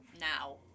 now